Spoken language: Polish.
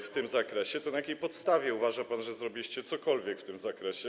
w tym zakresie, to na jakiej podstawie uważa pan, że zrobiliście cokolwiek w tym zakresie.